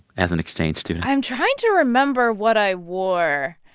as an exchange student? i'm trying to remember what i wore.